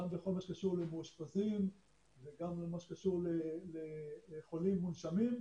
גם בכל מה שקשור למאושפזים וגם למה שקשור לחולים מונשמים.